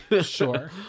Sure